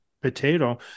potato